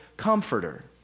comforter